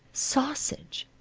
sausage!